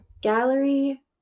gallery